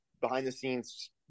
behind-the-scenes